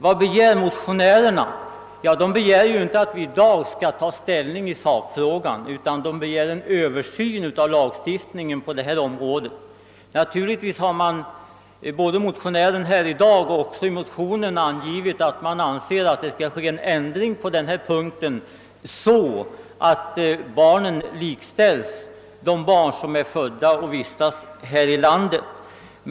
Vad begär motionärerna? De begär ju inte att vi i dag skall ta ställning i sakfrågan utan de begär en översyn av lagstiftningen på detta område. Naturligtvis har det både av motionärerna här i dag och i motionen angivits att man anser att en ändring bör komma till stånd på denna punkt, så att de barn som är födda och vistas här i landet likställs med andra barn.